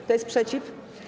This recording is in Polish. Kto jest przeciw?